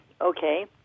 Okay